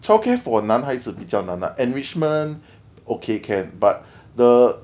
childcare for 男孩子比较难 ah enrichment okay can but the